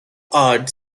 odds